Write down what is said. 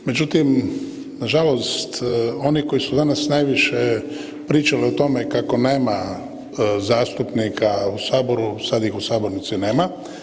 Međutim, nažalost oni koji su danas najviše pričali o tome kako nema zastupnika u Saboru, sad ih u sabornici nema.